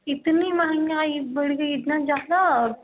इतनी महंगाई बढ़ गई इतना ज़्यादा